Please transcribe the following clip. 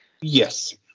Yes